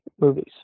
movies